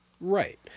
Right